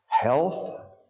health